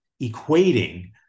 equating